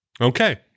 Okay